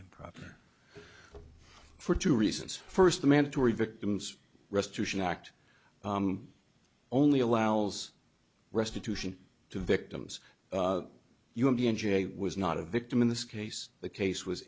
improper for two reasons first the mandatory victims restitution act only allows restitution to victims you would be in jail was not a victim in this case the case was